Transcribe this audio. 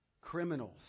Criminals